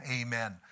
amen